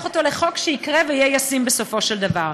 אותו לחוק שיקרה ויהיה ישים בסופו של דבר.